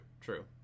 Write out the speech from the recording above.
true